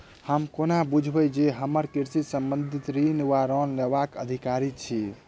हम कोना बुझबै जे हम कृषि संबंधित ऋण वा लोन लेबाक अधिकारी छी?